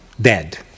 dead